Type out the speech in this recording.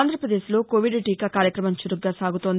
ఆంధ్రప్రదేశ్లో కోవిడ్ టీకా కార్యక్రమం చురుగ్గా సాగుతోంది